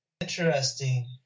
Interesting